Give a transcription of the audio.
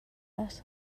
les